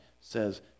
says